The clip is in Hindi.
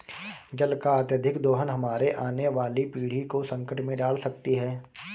जल का अत्यधिक दोहन हमारे आने वाली पीढ़ी को संकट में डाल सकती है